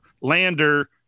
lander